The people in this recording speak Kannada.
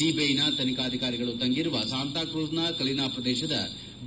ಸಿಬಿಐನ ತನಿಖಾಧಿಕಾರಿಗಳು ತಂಗಿರುವ ಸಾಂಥಾಕ್ರೂಜ್ನ ಕಲಿನಾ ಪ್ರದೇಶದ ಡಿ